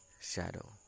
shadow